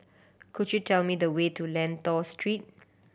could you tell me the way to Lentor Street